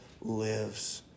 lives